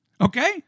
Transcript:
okay